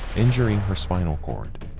injuring her spinal cord.